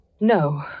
No